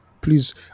please